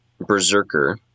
berserker